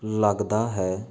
ਲੱਗਦਾ ਹੈ